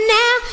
now